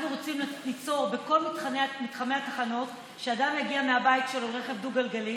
אנחנו רוצים שבכל מתחמי התחנות אדם יגיע מהבית שלו ברכב דו-גלגלי,